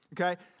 okay